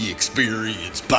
Experience